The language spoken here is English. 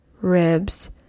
ribs